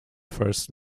first